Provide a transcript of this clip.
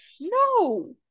no